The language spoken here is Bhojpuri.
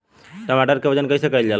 टमाटर क वजन कईसे कईल जाला?